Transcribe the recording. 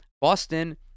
Boston